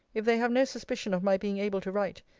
if they have no suspicion of my being able to write,